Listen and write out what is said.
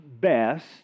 best